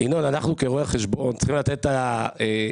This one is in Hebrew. ינון אנחנו כרואה החשבון צריכים לתת את האישור,